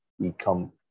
become